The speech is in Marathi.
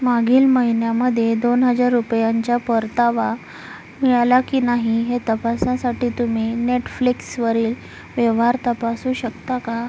मागील महिन्यामध्ये दोन हजार रुपयांच्या परतावा मिळाला की नाही हे तपासण्यासाठी तुम्ही नेटफ्लिक्सवरील व्यवहार तपासू शकता का